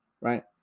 right